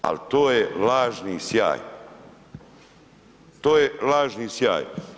Ali to je lažni sjaj, to je lažni sjaj.